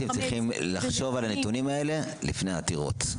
צריכים לחשוב על הנתונים האלה לפני העתירות,